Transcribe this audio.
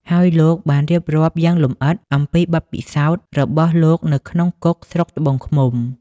ហើយលោកបានរៀបរាប់យ៉ាងលម្អិតអំពីបទពិសោធន៍របស់លោកនៅក្នុងគុកស្រុកត្បូងឃ្មុំ។